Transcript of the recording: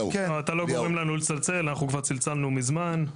אתה לא גורם לנו לצלצל, אנחנו כבר צלצלנו מזמן.